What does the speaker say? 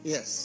Yes